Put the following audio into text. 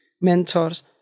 mentors